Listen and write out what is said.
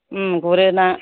गुरो ना